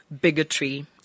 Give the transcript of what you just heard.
bigotry